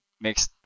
makes